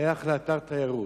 זה שייך לאתר תיירות.